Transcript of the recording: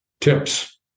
tips